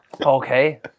Okay